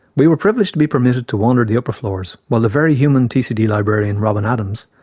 we were privileged to be permitted to wander the upper floors while the very human tcd librarian, robin adams,